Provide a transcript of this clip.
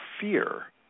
fear